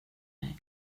dig